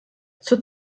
zur